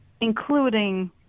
including